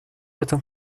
этом